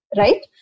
right